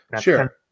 sure